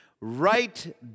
right